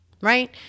right